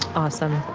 awesome.